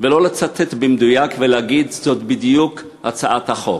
ולא לצטט במדויק, ולהגיד: זאת בדיוק הצעת החוק.